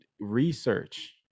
research